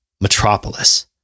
Metropolis